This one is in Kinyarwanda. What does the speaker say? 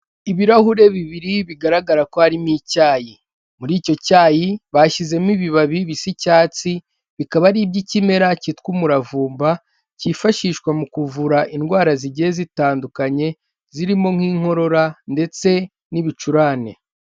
Ibirahure bibiri bigaragara ko harimo icyayi, muri icyo cyayi bashyizemo ibibabi bisa icyatsi bikaba ari iby'ikimera cyitwa umuravumba cyifashishwa mu kuvura indwara zigiye zitandukanye zirimo nk'inkorora ndetse n'ibicurane.